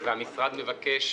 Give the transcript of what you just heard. המשרד מבקש